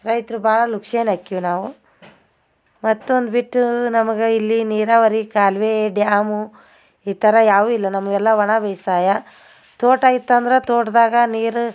ರೈತರು ಭಾಳ ಲುಕ್ಸಾನ್ ಆಕ್ಕಿವಿ ನಾವು ಮತ್ತೊಂದು ಬಿಟ್ಟು ನಮಗೆ ಇಲ್ಲಿ ನೀರಾವರಿ ಕಾಲುವೆ ಡ್ಯಾಮು ಈ ಥರ ಯಾವು ಇಲ್ಲ ನಮಗೆಲ್ಲ ಒಣ ಬೇಸಾಯ ತೋಟ ಇತ್ತಂದ್ರೆ ತೋಟದಾಗ ನೀರು